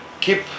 keep